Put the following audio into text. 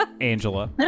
Angela